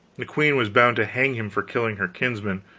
the queen was bound to hang him for killing her kinsman,